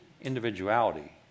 individuality